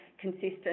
consistent